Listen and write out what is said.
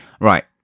Right